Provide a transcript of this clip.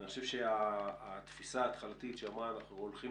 אני חושב שהתפיסה ההתחלתית שאמרה שאנחנו הולכים